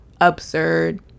absurd